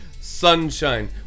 sunshine